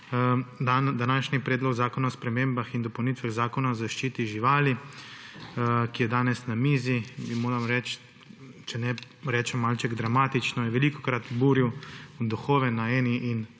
dan! Predlog zakona o spremembah in dopolnitvah Zakona o zaščiti živali, ki je danes na naši mizi, je, če rečem malce dramatično, velikokrat buril duhove na eni in